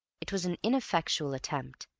it was an ineffectual attempt,